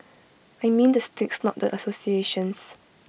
I mean the sticks not the associations